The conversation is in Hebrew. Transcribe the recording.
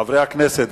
חברי הכנסת,